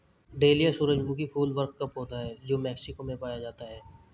dahlia सूरजमुखी फूल वर्ग का पौधा है जो मेक्सिको में पाया जाता है